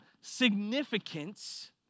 significance